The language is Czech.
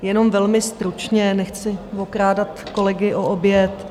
Jenom velmi stručně, nechci okrádat kolegy o oběd.